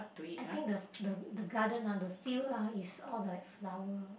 I think the the the garden ah the field ah is all like flower